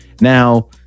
Now